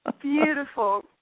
beautiful